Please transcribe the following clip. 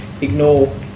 ignore